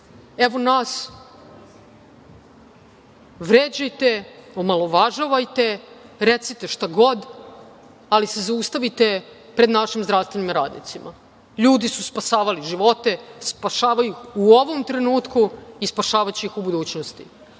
Evo, nas vređajte, omalovažavajte, recite šta god, ali se zaustavite pred našim zdravstvenim radnicima. Ljudi su spašavali živote, spašavaju ih i u ovom trenutku i spašavaće ih u budućnosti. To